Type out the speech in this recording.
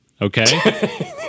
Okay